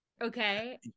okay